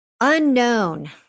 unknown